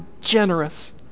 generous